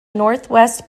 northwest